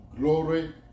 glory